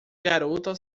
garota